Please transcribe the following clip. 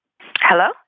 Hello